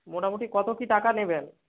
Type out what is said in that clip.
মোটামুটি কতো কী টাকা নেবেন